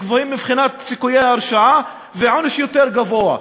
גבוהים מבחינת סיכויי הרשעה ועונש יותר גבוה.